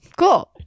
Cool